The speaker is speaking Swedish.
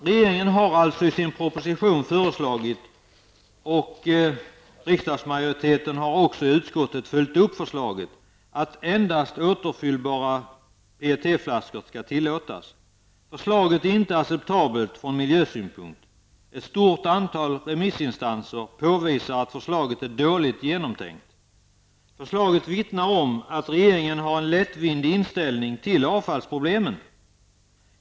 Regeringen har i sin proposition föreslagit, vilket majoriteten i utskottet har ställt upp bakom, att endast återfyllningsbara PET flaskor skall tillåtas. Förslaget är inte acceptabelt från miljösynpunkt. Ett stort antal remissinstanser påvisar att förslaget är dåligt genomtänkt. Förslaget vittnar om att regeringen har en lättvindig inställning till avfallsproblemen.